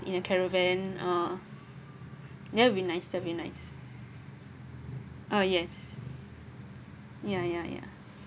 in a caravan uh that would be nice very nice oh yes ya ya ya